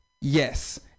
yes